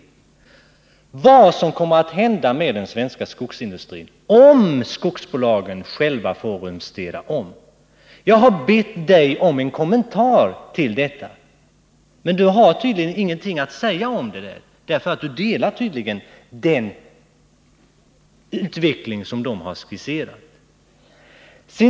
Där förutspås vad som kommer att hända med den svenska skogsindustrin, om skogsbolagen själva får rumstera om. Jag har bett Nils Åsling om en kommentar till detta, men tydligen har han ingenting att säga på den punkten, vilket måste bero på att han har samma uppfattning om utvecklingen som skisserats i prognosen.